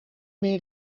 meer